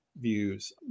views